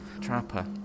trapper